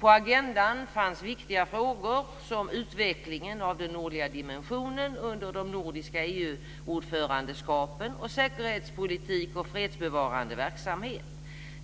På agendan fanns viktiga frågor som utvecklingen av den nordliga dimensionen under de nordiska ländernas EU-ordförandeskap och säkerhetspolitik och fredsbevarande verksamhet.